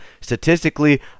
statistically